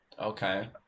Okay